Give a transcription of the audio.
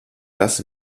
das